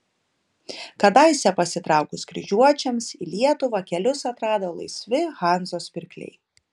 kadaise pasitraukus kryžiuočiams į lietuvą kelius atrado laisvi hanzos pirkliai